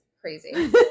crazy